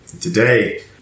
Today